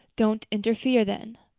don't interfere then.